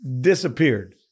disappeared